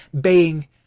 baying